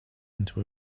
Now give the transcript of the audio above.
into